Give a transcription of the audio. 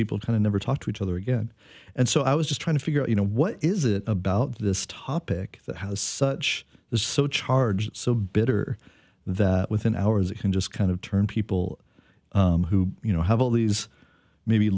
people kind of never talked to each other again and so i was just trying to figure out you know what is it about this topic that has such there's so charge so bitter that within hours it can just kind of turn people who you know have all these maybe